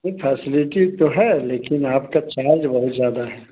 नहीं फ़ैसलिटी तो है लेकिन आपका चार्ज बहुत ज़्यादा है